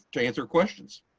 to answer questions.